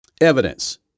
evidence